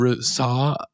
saw